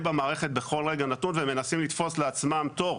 במערכת בכל רגע נתון ומנסים לתפוס לעצמם תור.